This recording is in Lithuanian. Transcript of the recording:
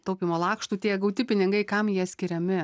taupymo lakštų tie gauti pinigai kam jie skiriami